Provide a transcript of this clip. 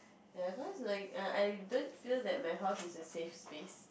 ya cause like err I don't feel that my house is a safe space